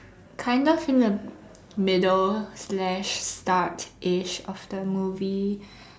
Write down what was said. kind of in the middle slash startish of the movie